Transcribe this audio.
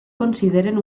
consideren